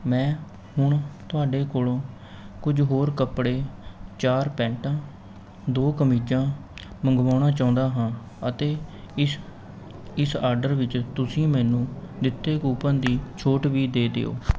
ਮੈਂ ਹੁਣ ਤੁਹਾਡੇ ਕੋਲੋਂ ਕੁਝ ਹੋਰ ਕੱਪੜੇ ਚਾਰ ਪੈਂਟਾਂ ਦੋ ਕਮੀਜ਼ਾਂ ਮੰਗਵਾਉਣਾ ਚਾਹੁੰਦਾ ਹਾਂ ਅਤੇ ਇਸ ਇਸ ਆਡਰ ਵਿੱਚ ਤੁਸੀਂ ਮੈਨੂੰ ਦਿੱਤੇ ਕੂਪਨ ਦੀ ਛੋਟ ਵੀ ਦੇ ਦਿਓ